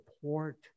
support